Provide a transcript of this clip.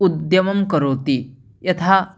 उद्यमं करोति यथा